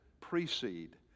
precede